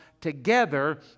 together